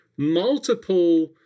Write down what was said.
multiple